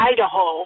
Idaho